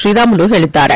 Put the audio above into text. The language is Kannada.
ಶ್ರೀರಾಮುಲು ಹೇಳಿದ್ದಾರೆ